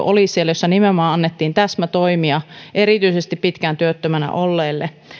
oli siellä työvoimakokeilu jossa nimenomaan annettiin täsmätoimia erityisesti pitkään työttömänä olleille